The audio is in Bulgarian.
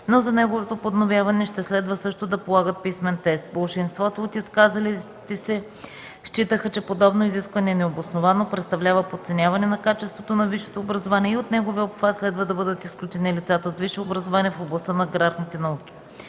но за неговото подновяване ще следва също да полагат писмен тест. Болшинството от изказалите се считаха, че подобно изискване е необосновано, представлява подценяване на качеството на висшето образование и от неговия обхват следва да бъдат изключени лицата с висше образование в областта на аграрните науки.